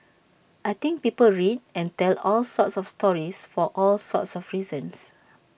I think people read and tell all sorts of stories for all sorts of reasons